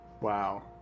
Wow